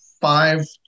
five